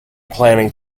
planning